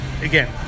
again